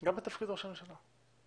גם בתפקיד ראש הממשלה.